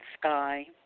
sky